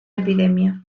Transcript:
epidemia